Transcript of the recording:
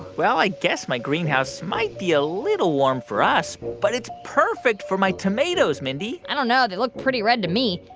well, i guess my greenhouse might be a little warm for us, but it's perfect for my tomatoes, mindy i don't know. they look pretty red to me.